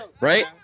right